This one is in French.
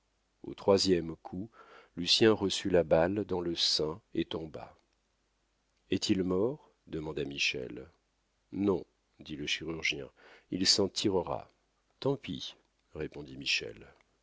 au troisième coup lucien reçut la balle dans le sein et tomba est-il mort demanda michel non dit le chirurgien il s'en tirera tant pis répondit michel